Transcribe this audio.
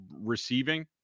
receiving